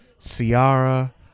Ciara